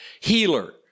healer